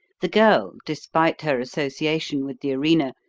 the girl, despite her association with the arena,